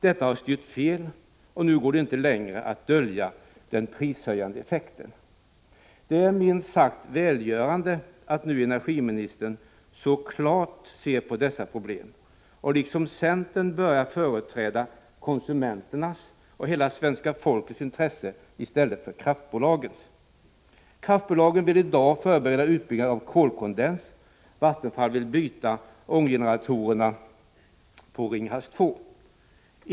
Detta har styrt fel, och nu går det inte längre att dölja den prishöjande effekten. Det är minst sagt välgörande att energiministern nu klart ser dessa problem och börjar, liksom centern, företräda konsumenternas, hela svenska folkets, intresse i stället för kraftbolagens. Kraftbolagen vill i dag förbereda utbyggnaden av kolkondens. Vattenfall vill byta ånggeneratorerna på Ringhals 2.